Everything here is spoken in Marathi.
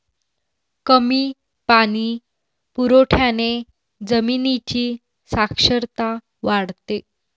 कमी पाणी पुरवठ्याने जमिनीची क्षारता वाढते